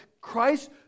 Christ